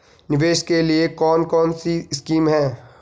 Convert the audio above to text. निवेश के लिए कौन कौनसी स्कीम हैं?